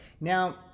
Now